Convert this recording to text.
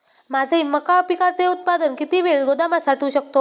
माझे मका पिकाचे उत्पादन किती वेळ गोदामात साठवू शकतो?